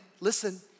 listen